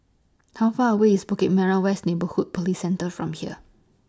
How Far away IS Bukit Merah West Neighbourhood Police Centre from here